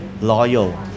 loyal